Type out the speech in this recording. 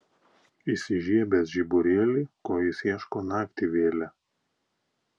įsižiebęs žiburėlį ko jis ieško naktį vėlią